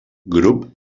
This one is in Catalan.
grup